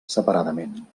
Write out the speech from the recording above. separadament